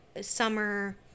summer